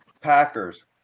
Packers